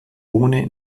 ohne